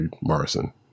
Morrison